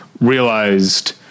realized